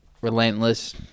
relentless